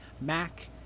Mac